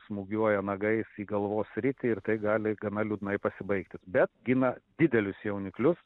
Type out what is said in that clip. smūgiuoja nagais į galvos sritį ir tai gali gana liūdnai pasibaigti bet gina didelius jauniklius